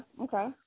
Okay